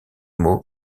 mot